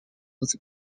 was